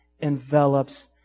envelops